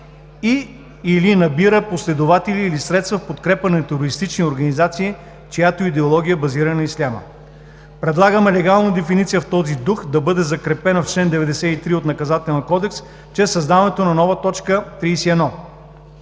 и/или набира последователи, или средства в подкрепа на терористични организации, чиято идеология е базирана на исляма. Предлагаме легалната дефиниция в този дух да бъде закрепена в чл. 93 от Наказателния кодекс чрез създаването на нова точка 31.